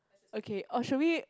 okay or should we